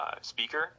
speaker